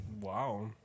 Wow